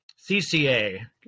CCA